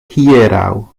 hieraŭ